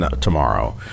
tomorrow